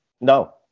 no